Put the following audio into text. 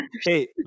Hey